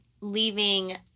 leaving